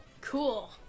Cool